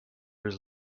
his